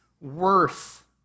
worth